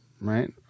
right